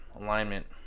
alignment